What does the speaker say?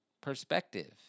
perspective